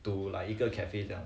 to like 一个 cafe 这样